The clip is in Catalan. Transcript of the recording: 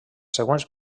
següents